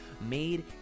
made